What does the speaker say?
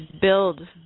build